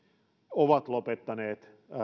ovat lopettaneet